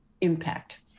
impact